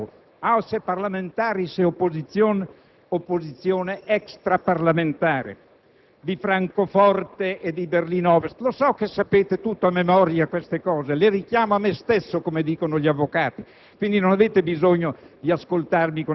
analizzavo l'APO - *Ausserparlamentarische Opposition* - extraparlamentare di Francoforte e di Berlino Ovest - so che sapete a memoria tutto questo; le richiamo me stesso, come dicono gli avvocati;